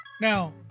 Now